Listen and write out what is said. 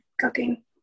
cooking